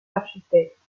architectes